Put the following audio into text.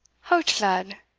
hout, lad,